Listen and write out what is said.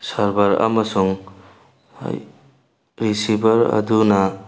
server ꯑꯃꯁꯨꯡ receiver ꯑꯗꯨꯅ